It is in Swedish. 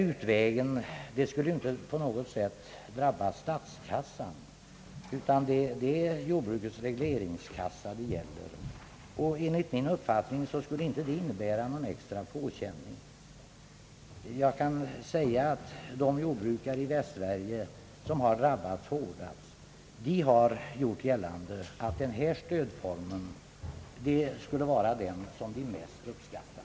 Åtgärden skulle inte på något sätt drabba statskassan, utan endast internt beröra jordbrukets regleringskassa. De jordbrukare i Västsverige som har drabbats hårdast har gjort gällande att denna stödåtgärd är den som de mest uppskattar.